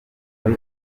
muri